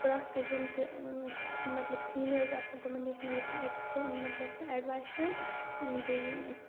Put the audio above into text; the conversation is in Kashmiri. پرٛٮ۪تھ کٲنٛسہِ یِم تہِ مطلب سیٖنیٲرٕز آسَن تِمَن نِش نِیِو سا اٮ۪کٕسپہٕ مطلب اٮ۪ڈوایس بیٚیہِ